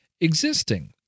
existing